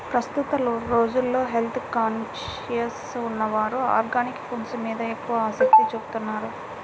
ప్రస్తుత రోజుల్లో health conscious ఉన్నవారు ఆర్గానిక్ ఫుడ్స్ మీద ఎక్కువ ఆసక్తి చూపుతున్నారు